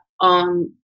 on